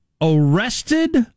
arrested